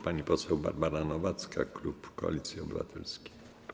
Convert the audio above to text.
Pani poseł Barbara Nowacka, klub Koalicji Obywatelskiej.